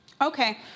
Okay